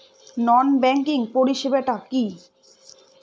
নন banking পরিষেবা টা কি?